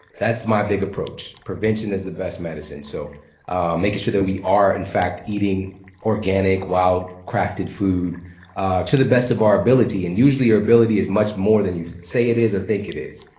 that's my big approach. prevention is the best medicine so making sure that we are in fact eating organic, wild crafted food to the best of our ability. and usually, your ability is much more than you say it is or think it is.